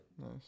Nice